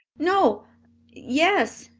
no yes,